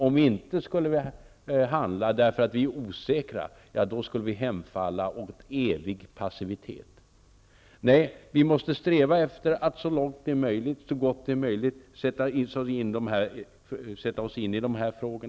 Om vi inte skulle handla därför att vi var osäkra, skulle vi hemfalla åt evig passivitet. Nej, vi måste sträva efter att så långt det är möjligt och så gott det är möjligt sätta oss in i dessa frågor.